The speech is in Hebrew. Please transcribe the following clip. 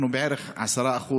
אנחנו בערך 10%,